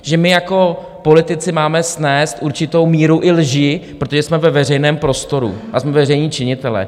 Že my jako politici máme snést určitou míru i lži, protože jsme ve veřejném prostoru a jsme veřejní činitelé.